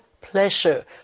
pleasure